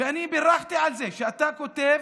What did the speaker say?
ואני בירכתי על זה שאתה כותב: